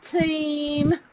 team